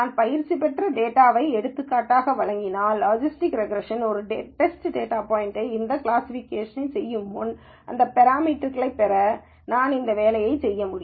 நான் பயிற்சி பெற்ற டேட்டாவை எடுத்துக்காட்டாக வழங்கினால் லாஜிஸ்டிக் ரெக்ரேஷனில் ஒரு டெஸ்ட் டேட்டா பாய்ன்ட்க்கு எந்த கிளாசிஃபிகேஷனையும் செய்யுமுன் இந்த பெராமீட்டர்க்களைப் பெற நான் இந்த வேலையைச் செய்ய வேண்டும்